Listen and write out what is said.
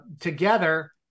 together